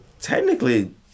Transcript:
technically